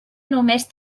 només